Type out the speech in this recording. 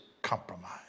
compromise